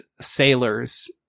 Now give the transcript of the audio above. sailors